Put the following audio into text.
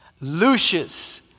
Lucius